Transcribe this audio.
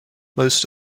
most